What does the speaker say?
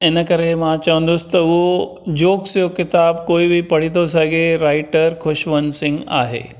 इन करे मां चवंदुसि त उहो जोक्स जो किताबु कोई बि पढ़ी थो सघे राइटर खुशवंत सिंङ आहे